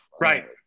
right